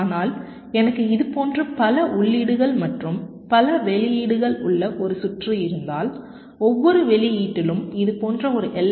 ஆனால் எனக்கு இது போன்ற பல உள்ளீடுகள் மற்றும் பல வெளியீடுகள் உள்ள ஒரு சுற்று இருந்தால் ஒவ்வொரு வெளியீட்டிலும் இதுபோன்ற ஒரு எல்